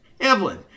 Evelyn